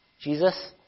Jesus